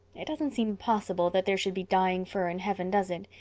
it doesn't seem possible that there should be dying fir in heaven, does it?